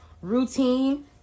routine